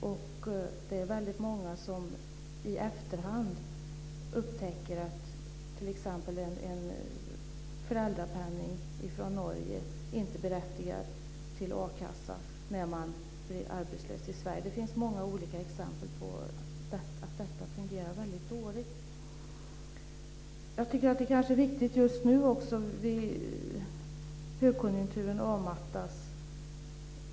Och det är väldigt många som i efterhand upptäcker att t.ex. en föräldrapenning från Norge inte berättigar till a-kassa när man blir arbetslös i Sverige. Det finns många exempel på att detta fungerar väldigt dåligt. Jag tycker att den här frågan är särskilt viktig just nu när högkonjunkturen avmattas.